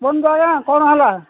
କୁହନ୍ତୁ ଆଜ୍ଞା କ'ଣ ହେଲା